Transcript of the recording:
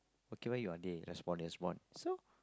okay why you are there as for that's one so